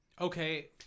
okay